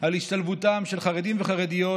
על השתלבותם של חרדים וחרדיות,